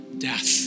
death